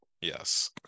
yes